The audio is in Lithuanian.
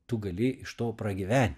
tu gali iš to pragyvent